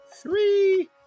three